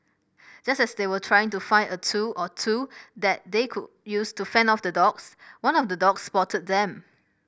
just as they were trying to find a tool or two that they could use to fend off the dogs one of the dogs spotted them